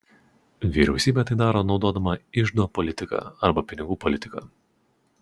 vyriausybė tai daro naudodama iždo politiką arba pinigų politiką